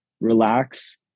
relax